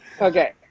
Okay